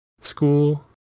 school